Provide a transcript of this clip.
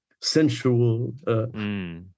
sensual